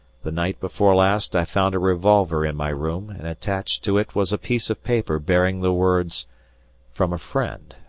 the night before last i found a revolver in my room, and attached to it was a piece of paper bearing the words from a friend.